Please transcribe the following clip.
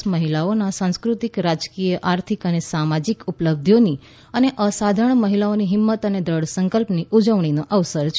આજનો દિવસ મહિલાઓના સાંસ્કૃતિક રાજકીય આર્થિક અને સામાજીક ઉપલબ્ધિઓની અને અસાધારણ મહિલાઓની હિંમત અને દ્રઢ સંકલ્પની ઉજવણીનો અવસર છે